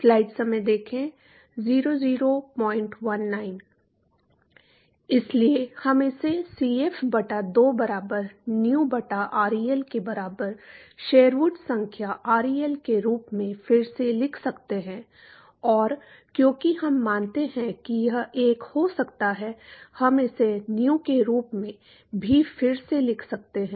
इसलिए हम इसे Cf बटा 2 बराबर Nu बटा ReL के बराबर शेरवुड संख्या ReL के रूप में फिर से लिख सकते हैं और क्योंकि हम मानते हैं कि यह 1 हो सकता है हम इसे Nu के रूप में भी फिर से लिख सकते हैं